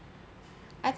I